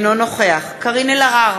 אינו נוכח קארין אלהרר,